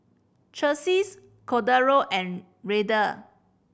Chelsi Cordero and Ryder